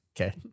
Okay